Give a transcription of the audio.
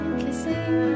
kissing